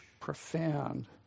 profound